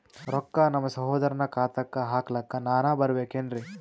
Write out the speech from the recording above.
ರೊಕ್ಕ ನಮ್ಮಸಹೋದರನ ಖಾತಾಕ್ಕ ಹಾಕ್ಲಕ ನಾನಾ ಬರಬೇಕೆನ್ರೀ?